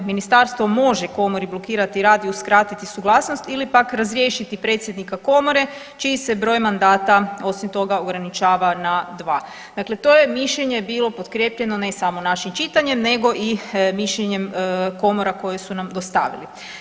Ministarstvo može komori blokirati rad i uskratiti suglasnost ili pak razriješiti predsjednika komore čiji se broj mandata, osim toga, ograničava na 2. Dakle to je mišljenje bilo potkrijepljeno, ne samo našim čitanjem nego i mišljenjem komora koje su nam dostavili.